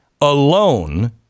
alone